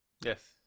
Yes